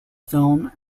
film